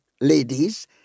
ladies